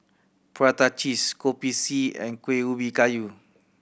prata cheese Kopi C and Kueh Ubi Kayu